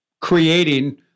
creating